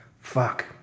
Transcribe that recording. fuck